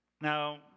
Now